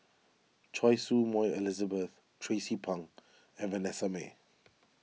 Choy Su Moi Elizabeth Tracie Pang and Vanessa Mae